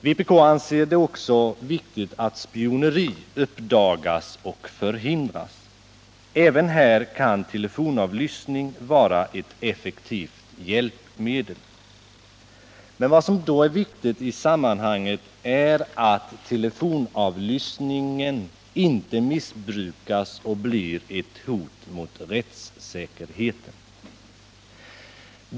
Vpk anser det också viktigt att spioneri uppdagas och förhindras. Även här kan telefonavlyssning vara ett effektivt hjälpmedel. Vad som emellertid är viktigt i sammanhanget är att telefonavlyssningen inte missbrukas och blir ett hot mot rättssäkerheten.